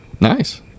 nice